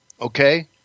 okay